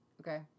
Okay